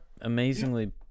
amazingly